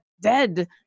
dead